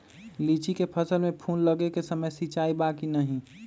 लीची के फसल में फूल लगे के समय सिंचाई बा कि नही?